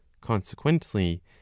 consequently